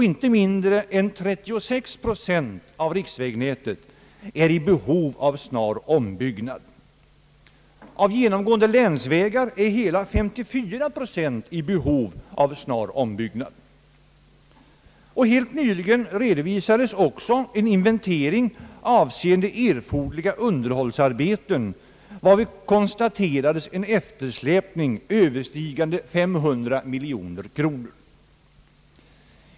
Inte mindre än 36 procent är i behov av snar ombyggnad. Av genomgående länsvägar är hela 54 procent i behov av snar ombyggnad. Helt nyligen redovisades också en inventering avseende erforderliga underhållsarbeten varvid konstaterades en eftersläpning överstigande 500 miljoner kronor.